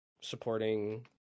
supporting